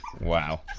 Wow